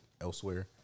elsewhere